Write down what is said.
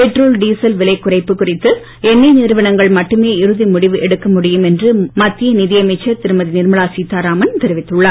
petrol diesel விலை குறைப்பு குறித்து எண்ணெய் நிறுவனங்கள் மட்டுமே இறுதி முடிவு எடுக்க முடியும் என்று மத்திய நிதி அமைச்சர் திருமதி நிர்மலா சீதாராமன் தெரிவித்துள்ளார்